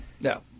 No